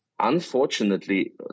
Unfortunately